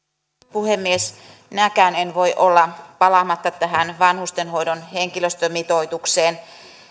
puhemies minäkään en voi olla palaamatta tähän vanhustenhoidon henkilöstömitoitukseen